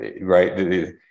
right